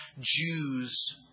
Jews